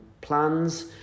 plans